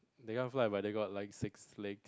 they can't fly but they got like six legs